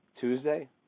Tuesday